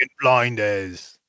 blinders